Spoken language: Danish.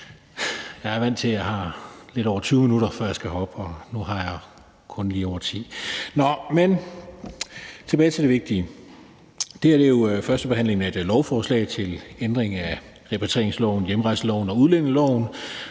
Jeg er vant til, at jeg har lidt over 20 minutter, før jeg skal herop, og nu har jeg kun lige over 10 – men tilbage til det vigtige. Det her er jo førstebehandlingen af et lovforslag til ændring af repatrieringsloven, hjemrejseloven og udlændingeloven.